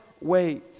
wait